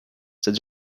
that